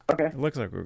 Okay